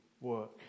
work